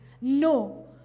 No